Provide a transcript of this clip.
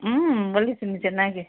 ಹ್ಞೂ ಹೊಲಿತಿನಿ ಚೆನ್ನಾಗೆ